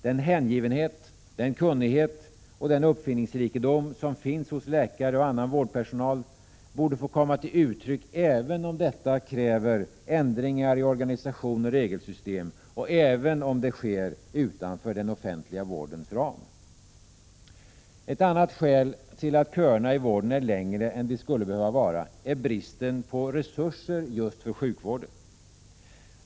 Den hängivenhet, den kunnighet och den uppfinningsrikedom som finns hos läkare och annan vårdpersonal borde få komma till uttryck även om detta kräver ändringar i organisation och regelsystem och även om det sker utanför den offentliga vårdens ram. Ett annat skäl till att köerna i vården är längre än de skulle behöva vara är bristen på resurser för just sjukvård.